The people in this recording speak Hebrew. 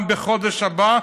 גם בחודש הבא,